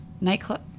nightclub